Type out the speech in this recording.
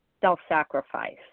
self-sacrifice